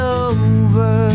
over